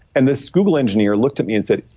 and this google engineer looked at me and said,